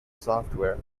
software